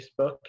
Facebook